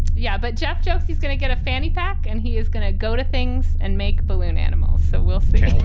yeah. but jeff jokes, he's gonna get a fanny pack and he is gonna go to things and make balloon animals. so we'll see